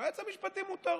ליועץ המשפטי מותר.